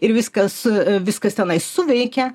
ir viskas viskas tenai suveikia